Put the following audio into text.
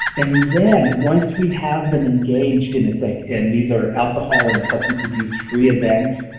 and then once we have them engaged, and it's like and these are alcohol and substance abuse free events,